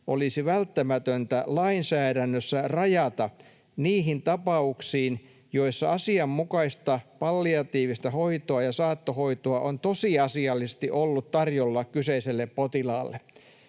olisi välttämätöntä lainsäädännössä rajata niihin tapauksiin, joissa asianmukaista palliatiivista hoitoa ja saattohoitoa on tosiasiallisesti ollut tarjolla kyseiselle potilaalle.”